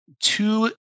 two